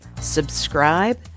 subscribe